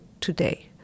today